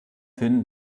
hin